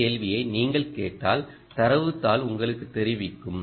இந்த கேள்வியை நீங்கள் கேட்டால் தரவு தாள் உங்களுக்குத் தெரிவிக்கும்